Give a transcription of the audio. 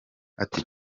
ati